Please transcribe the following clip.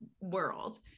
world